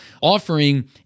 offering